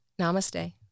namaste